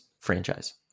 franchise